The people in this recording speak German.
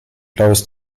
blaues